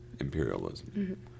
Imperialism